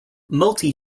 multi